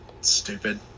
stupid